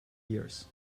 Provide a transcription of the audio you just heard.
years